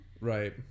Right